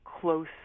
Close